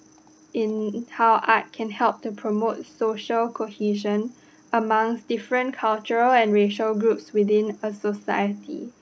in how art can help to promote social cohesion among different cultural and racial groups within a society